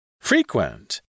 Frequent